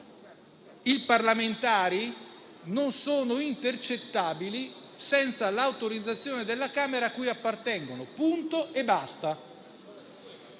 I parlamentari non sono intercettabili senza l'autorizzazione della Camera cui appartengono: punto e basta.